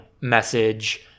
message